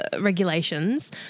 regulations